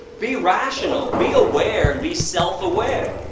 be rational, be aware and be self-aware!